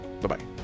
Bye-bye